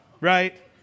right